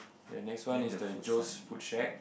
the next one is the Joe's food shack